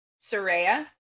Soraya